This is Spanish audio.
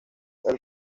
del